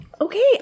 Okay